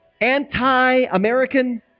anti-American